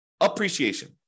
appreciation